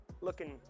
looking